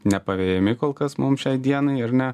nepavejami kol kas mum šiai dienai ar ne